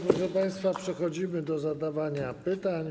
Proszę państwa, przechodzimy do zadawania pytań.